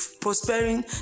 prospering